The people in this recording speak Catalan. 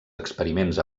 experiments